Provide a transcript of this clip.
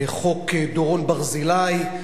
חוק דורון ברזילי,